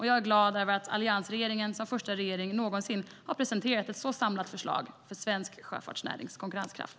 Jag är glad över att alliansregeringen som första regering någonsin har presenterat ett så samlat förslag för svensk sjöfartsnärings konkurrenskraft.